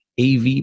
AV